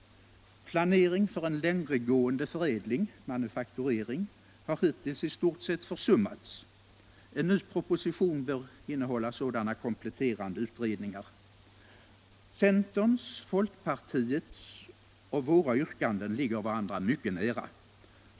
Planering för en längre gående förädling, manufakturering, har hittills i stort sett försummats. En ny proposition bör innehålla sådana Centerns, folkpartiets och våra yrkanden ligger varandra mycket nära.